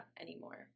anymore